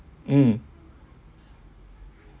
mm